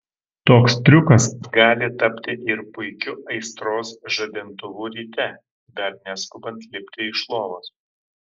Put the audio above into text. toks triukas gali tapti ir puikiu aistros žadintuvu ryte dar neskubant lipti iš lovos